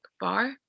bar